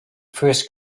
first